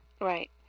Right